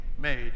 made